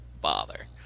bother